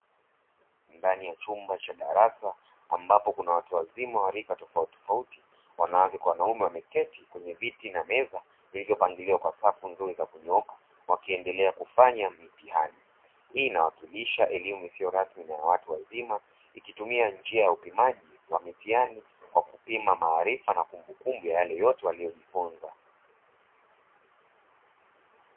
Ndani ya chumba cha darasa, ambapo kuna watu wazima wa rika tofauti, wanawake na wanaume, wameketi kwenye viti na meza vilivyopangiliwa kwa safu nzuri za kunyooka, wakiendelea kufanya mtihani; hii inawakilisha elimu isiyo rasmi kwa watu wazima, ikitumia njia ya upimaji wa mitihani kupima maarifa na kumbukumbu ya yale yote waliojifunza.